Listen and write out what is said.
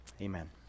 Amen